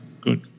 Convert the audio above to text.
good